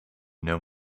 know